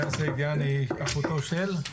לאה סעידיאן היא אחותו של?